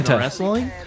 wrestling